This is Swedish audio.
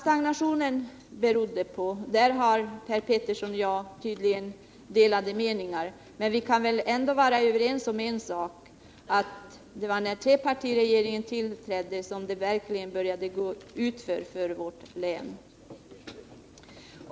Per Petersson och jag har tydligen delade meningar om vad stagnationen berodde på. Men vi kan väl vara överens om en sak, nämligen att det var när trepartiregeringen tillträdde som det verkligen började gå utför för vårt län.